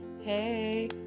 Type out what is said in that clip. Hey